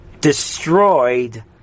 destroyed